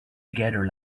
together